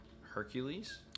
Hercules